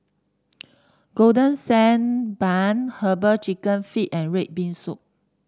Golden Sand Bun herbal chicken feet and red bean soup